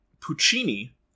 Puccini